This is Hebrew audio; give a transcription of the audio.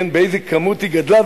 באיזו כמות היא גדלה.